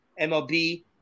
MLB